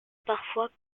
parfois